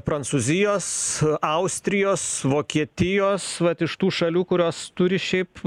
prancūzijos austrijos vokietijos vat iš tų šalių kurios turi šiaip